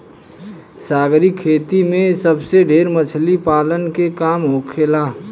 सागरीय खेती में सबसे ढेर मछली पालन के काम होखेला